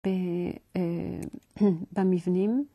במבנים.